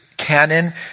canon